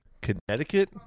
Connecticut